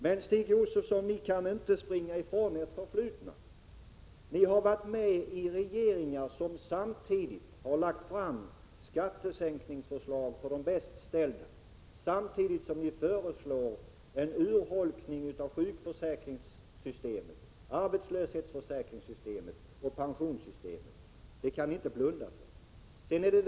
Men Stig Josefson, ni kan inte springa ifrån ert förflutna. Ni har varit med i regeringar som har lagt fram skattesänkningsförslag för de bäst ställda samtidigt som de föreslagit en urholkning av sjukförsäkringssystemet, arbetslöshetsförsäkringssystemet och pensionssystemet. Det kan ni inte blunda för.